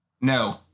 No